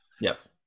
Yes